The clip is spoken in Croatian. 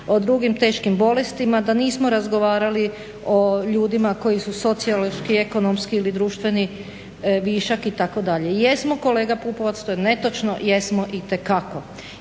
o drugim teškim bolestima, da nismo razgovarali o ljudima koji su sociološki, ekonomski ili društveni višak itd. Jesmo kolega Pupovac, to je netočno, jesmo itekako.